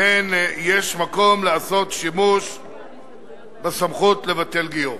שבהן יש מקום לעשות שימוש בסמכות לבטל גיור.